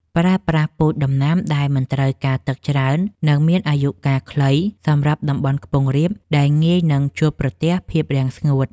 ប្រើប្រាស់ពូជដំណាំដែលមិនត្រូវការទឹកច្រើន និង មានអាយុកាលខ្លីសម្រាប់តំបន់ខ្ពង់រាបដែលងាយនឹងជួបប្រទះភាពរាំងស្ងួត។